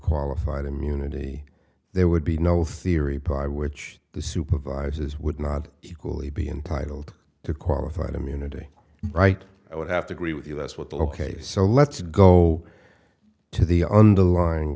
qualified immunity there would be no theory by which the supervisors would not equally be entitled to qualified immunity right i would have to agree with you that's what the ok so let's go to the underlying